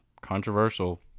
controversial